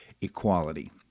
equality